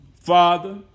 father